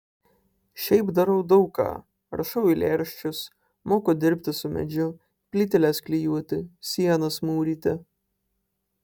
šiaip darau daug ką rašau eilėraščius moku dirbti su medžiu plyteles klijuoti sienas mūryti